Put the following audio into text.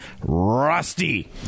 Rusty